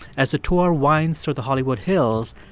as the tour winds through the hollywood hills,